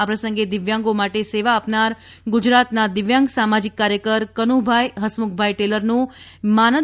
આ પ્રસંગે દીવ્યાંગો માટે સેવા આપનાર ગુજરાતના દીવ્યાંગ સામાજિક કાર્યકર કનુભાઇ હસમુખભાઇ ટેલરનું માનદ ડી